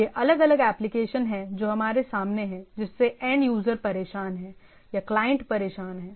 यह अलग अलग एप्लिकेशन हैं जो हमारे सामने हैं जिससे एंड यूजर परेशान है या क्लाइंट परेशान है